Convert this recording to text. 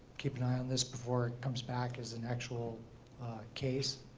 keep an eye on this before it comes back as an actual case,